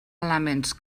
elements